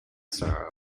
sorrow